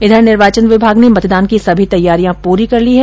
उधर निर्वाचन विभाग ने मतदान की सभी तैयारियां पूरी कर ली है